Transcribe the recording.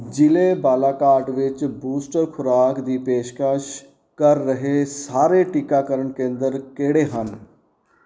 ਜ਼ਿਲ੍ਹੇ ਬਾਲਾਘਾਟ ਵਿੱਚ ਬੂਸਟਰ ਖੁਰਾਕ ਦੀ ਪੇਸ਼ਕਸ਼ ਕਰ ਰਹੇ ਸਾਰੇ ਟੀਕਾਕਰਨ ਕੇਂਦਰ ਕਿਹੜੇ ਹਨ